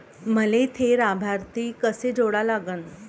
मले थे लाभार्थी कसे जोडा लागन?